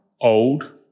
old